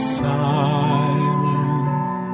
silent